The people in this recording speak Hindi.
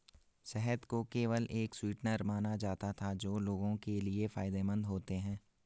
शहद को केवल एक स्वीटनर माना जाता था जो लोगों के लिए फायदेमंद होते हैं